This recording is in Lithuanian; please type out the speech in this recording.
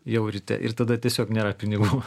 jau ryte ir tada tiesiog nėra pinigų